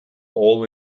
all